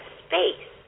space